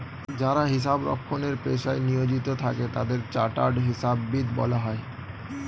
যারা হিসাব রক্ষণের পেশায় নিয়োজিত থাকে তাদের চার্টার্ড হিসাববিদ বলা হয়